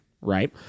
right